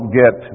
get